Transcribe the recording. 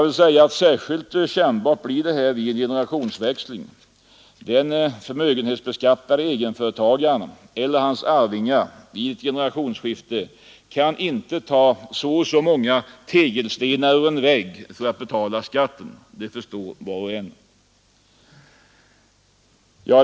Det här blir särskilt kännbart vid generationsväxling. Den förmögenhetsbeskattade egenföretagaren eller hans arvingar vid ett generationsskifte kan inte ta ett antal tegelstenar ur en vägg för att betala skatten. De förstår var och en.